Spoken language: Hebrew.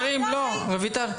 די.